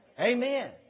Amen